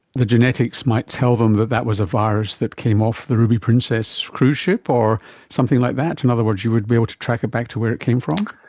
the genetics might tell them that that was a virus that came off the ruby princess cruise ship or something like that? in and other words, you would be able to track it back to where it came from?